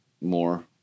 more